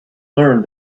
learned